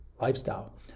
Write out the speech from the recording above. lifestyle